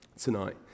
tonight